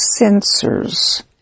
sensors